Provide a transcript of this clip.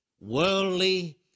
worldly